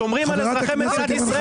שומרים על אזרחי מדינת ישראל.